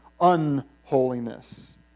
unholiness